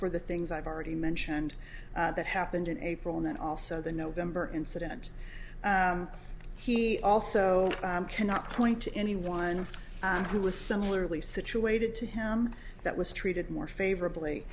for the things i've already mentioned that happened in april and then also the november incident he also cannot point to anyone who was similarly situated to him that was treated more favorably